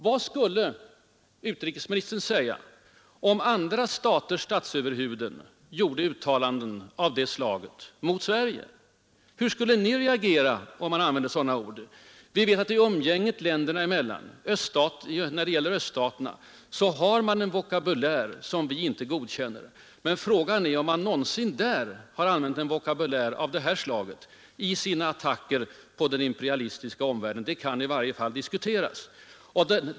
Vad skulle utrikesministern säga om andra staters statsöverhuvuden gjorde uttalanden av det slaget mot Sverige? Hur skulle Ni reagera om man använde sådana ord? Vi vet att öststaterna i umgänget med andra länder har en vokabulär som vi inte godkänner. Men frågan är om man någonsin ens där har använt ett ordval av det här slaget i sina attacker mot den s.k. imperialistiska omvärlden — det kan i varje fall diskuteras.